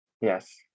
yes